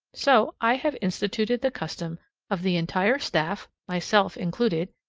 so i have instituted the custom of the entire staff, myself included,